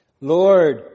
Lord